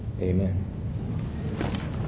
amen